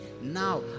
now